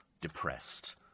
depressed